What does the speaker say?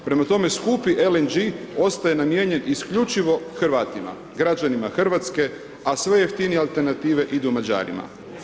Prema tome, skupi LNG ostaje namijenjen isključivo Hrvatima, građanima RH, a sve jeftinije alternative idu Mađarima.